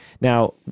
Now